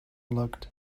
looked